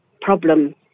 problem